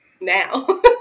now